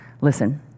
Listen